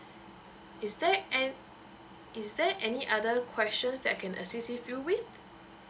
is there an~ is there any other questions that I can assist with you with